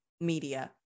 media